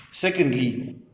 Secondly